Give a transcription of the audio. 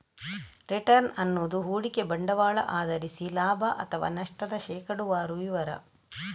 return ಅನ್ನುದು ಹೂಡಿಕೆ ಬಂಡವಾಳ ಆಧರಿಸಿ ಲಾಭ ಅಥವಾ ನಷ್ಟದ ಶೇಕಡಾವಾರು ವಿವರ